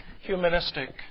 humanistic